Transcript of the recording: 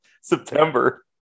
September